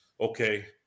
okay